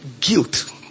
Guilt